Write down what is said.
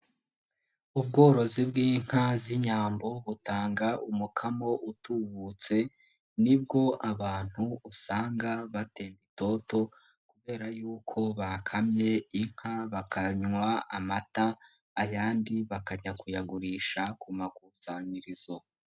Ubworozi bw'inka z'inyambo, butanga umukamo utubutse, nibwo abantu usanga batemba itoto kubera yuko bakamye inka bakanywa amata, ayandi bakajya kuyagurisha ku makusanyirizo.